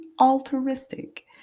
altruistic